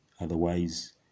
otherwise